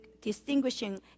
distinguishing